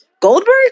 Goldberg